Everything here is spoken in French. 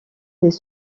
les